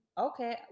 Okay